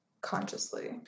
consciously